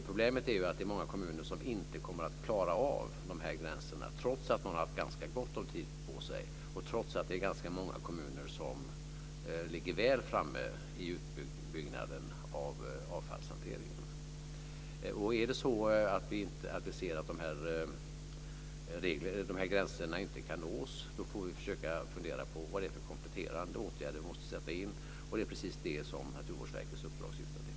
Problemet är att det är många kommuner som inte kommer att klara av gränserna trots att de har haft ganska gott om tid på sig och trots att det är ganska många kommuner som ligger väl framme i utbyggnaden av avfallshanteringen. Om vi ser att gränserna inte kan nås får vi försöka fundera på vilka kompletterande åtgärder som måste sättas in. Det är precis det som Naturvårdsverkets uppdrag syftar till.